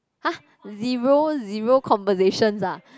!huh! zero zero conversations ah